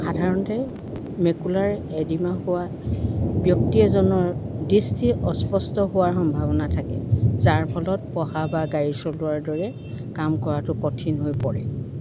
সাধাৰণতে macular edema হোৱা ব্যক্তি এজনৰ দৃষ্টি অস্পষ্ট হোৱাৰ সম্ভাৱনা থাকে যাৰ ফলত পঢ়া বা গাড়ী চলোৱাৰ দৰে কাম কৰাটো কঠিন হৈ পৰে